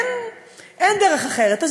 אין דרך אחרת.